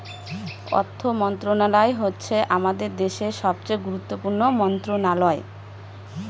অর্থ মন্ত্রণালয় হচ্ছে আমাদের দেশের সবচেয়ে গুরুত্বপূর্ণ মন্ত্রণালয়